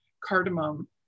cardamom